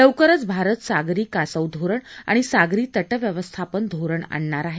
लवकरच भारत सागरी कासव धोरण आणि सागरी ता व्यवस्थापन धोरण आणणार आहे